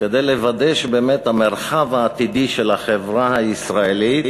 כדי לוודא שבאמת המרחב העתידי של החברה הישראלית